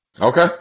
Okay